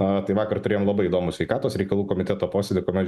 a tai vakar turėjom labai įdomų sveikatos reikalų komiteto posėdį kuomet